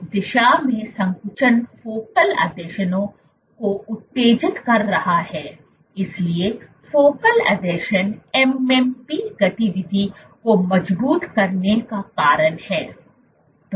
एक दिशा में संकुचन फोकल आसंजनों को उत्तेजित कर रहा है इसलिए फोकल आसंजन MMP गतिविधि को मजबूत करने का कारण है